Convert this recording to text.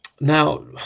Now